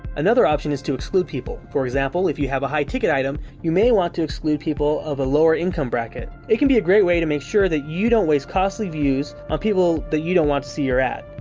another option is to exclude people. for example, if you have a high ticket item, you may want to exclude people of a lower income bracket. it can be a great way to make sure that you don't waste costly views on people that you don't want to see your ad.